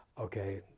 okay